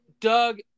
Doug